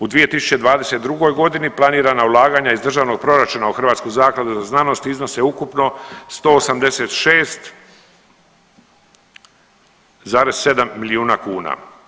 U 2022.g. planirana ulaganja iz državnog proračuna u Hrvatsku zakladu za znanost iznose ukupno 186,7 milijuna kuna.